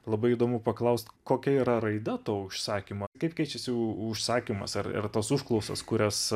labai įdomu paklaust kokia yra raida to užsakymo kaip keičiasi užsakymas ar ir tos užklausos kurias